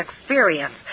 experience